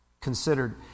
considered